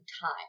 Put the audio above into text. time